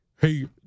hey